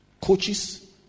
coaches